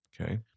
Okay